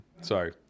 sorry